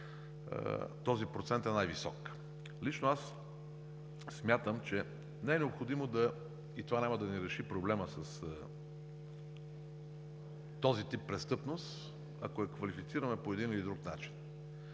този процент е най-висок. Лично аз смятам, че не е необходимо и това няма да ни реши проблема с този тип престъпност, ако я квалифицираме по един или друг начин.